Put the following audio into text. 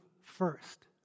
first